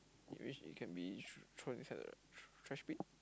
in which it can be thrown inside the trash bin